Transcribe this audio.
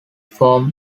form